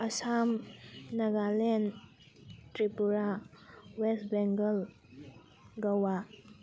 Assam Nagaland Tripura West Bengal ꯒꯪꯋꯥ